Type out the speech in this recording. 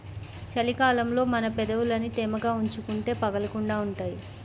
చలి కాలంలో మన పెదవులని తేమగా ఉంచుకుంటే పగలకుండా ఉంటాయ్